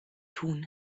tun